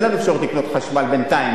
אין לנו אפשרות לקנות חשמל בינתיים.